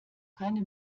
keine